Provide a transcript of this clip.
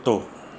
कुत्तो